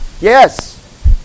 Yes